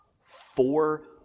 Four